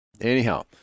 anyhow